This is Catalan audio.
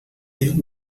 déu